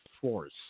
force